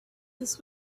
this